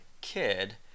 kid